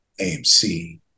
AMC